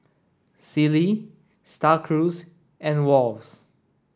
Sealy Star Cruise and Wall's